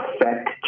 affect